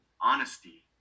honesty